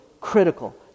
critical